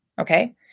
Okay